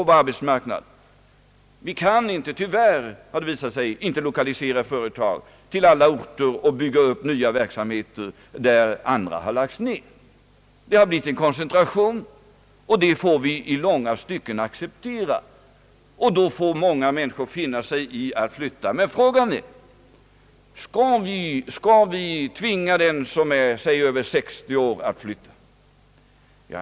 Vi kan tyvärr inte, har det visat sig, lokalisera företag till alla orter och bygga upp nya verksamheter där andra har lagts ned. Det har blivit en koncentration, och det får vi i långa stycken acceptera. Då får många människor finna sig i att flytta. Men frågan är: Skall vi tvinga dem som är säg över 60 år att flytta?